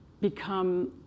become